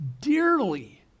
dearly